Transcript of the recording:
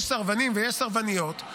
יש סרבנים ויש סרבניות,